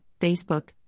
Facebook